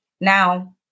Now